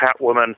Catwoman